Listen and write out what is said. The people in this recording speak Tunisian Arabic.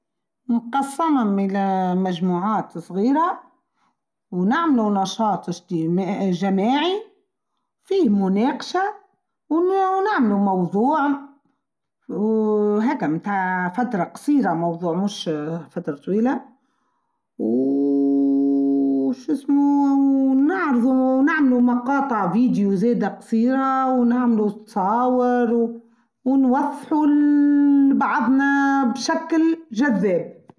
نقصنا إلى مجموعات صغيرة ونعمل نشاط جماعي فيه مناقشة ونعمل موضوع وهاكه متاع فترة قصيره موضوع مش فترة طويلة وووو شو إسمه ونعرض ونعمل مقاطع فيديو زادة قصيره ونعملو صاور ونوثل بعضنا بشكل جذاب.